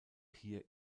hier